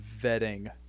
vetting